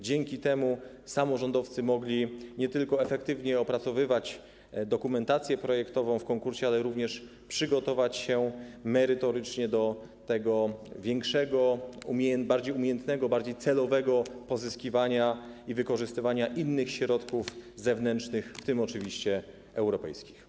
Dzięki temu samorządowcy mogli nie tylko efektywnie opracowywać dokumentację projektową w konkursie, ale również przygotowywać się merytorycznie do szerszego, bardziej umiejętnego, bardziej celowego pozyskiwania i wykorzystywania innych środków zewnętrznych, w tym oczywiście europejskich.